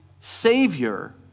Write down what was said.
savior